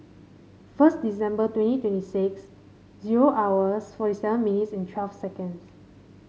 first December twenty twenty six zero hours forty seven minutes and twelve seconds